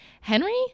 Henry